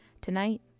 Tonight